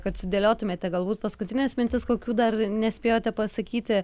kad sudėliotumėte galbūt paskutines mintis kokių dar nespėjote pasakyti